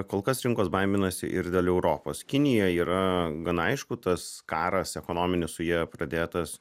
kol kas rinkos baiminasi ir dėl europos kinija yra gana aišku tas karas ekonominis su ja pradėtas